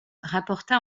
rapporta